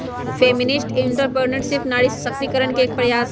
feminist entrepreneurship नारी सशक्तिकरण के एक प्रयास हई